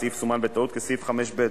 הסעיף סומן בטעות כסעיף 5ב,